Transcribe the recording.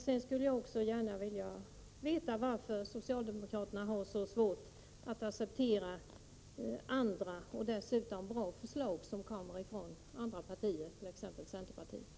Jag skulle också gärna vilja veta varför socialdemokraterna har så svårt att acceptera förslag — som dessutom är bra — som kommer från andra partier, exempelvis centerpartiet.